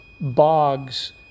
bogs